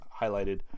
highlighted